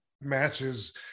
matches